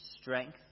strength